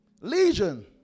Legion